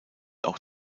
auch